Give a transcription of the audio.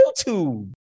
YouTube